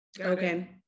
Okay